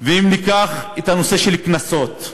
אם ניקח את הנושא של הקנסות,